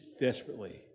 desperately